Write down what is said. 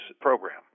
program